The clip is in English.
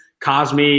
Cosme